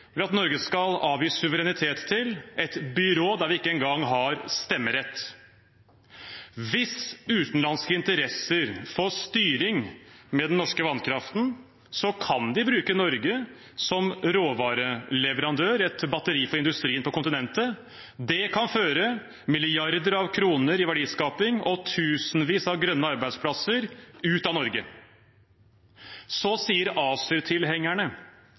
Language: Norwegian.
at Norge skal avgi suverenitet til – et byrå hvor vi ikke engang har stemmerett. Hvis utenlandske interesser får styring med den norske vannkraften, kan de bruke Norge som råvareleverandør, som et batteri for industrien på kontinentet. Det kan føre milliarder av kroner i verdiskaping og tusenvis av grønne arbeidsplasser ut av Norge. Så sier